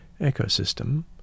ecosystem